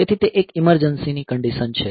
તેથી તે એક ઈમરજન્સી ની કંડીશન છે